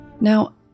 Now